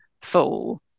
full